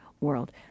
world